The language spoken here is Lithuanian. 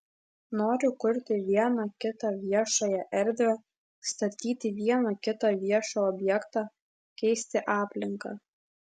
noriu kurti vieną kitą viešąją erdvę statyti vieną kitą viešą objektą keisti aplinką